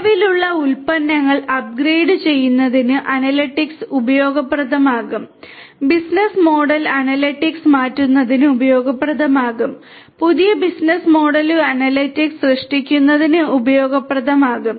നിലവിലുള്ള ഉൽപ്പന്നങ്ങൾ അപ്ഗ്രേഡുചെയ്യുന്നതിന് അനലിറ്റിക്സ് ഉപയോഗപ്രദമാകും ബിസിനസ് മോഡൽ അനലിറ്റിക്സ് മാറ്റുന്നത് ഉപയോഗപ്രദമാകും പുതിയ ബിസിനസ് മോഡലുകൾ അനലിറ്റിക്സ് സൃഷ്ടിക്കുന്നതിന് ഉപയോഗപ്രദമാകും